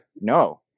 no